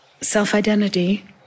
self-identity